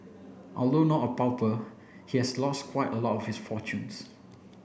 although not a pauper he has lost quite a lot of his fortunes